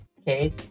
okay